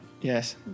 Yes